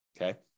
Okay